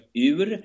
Ur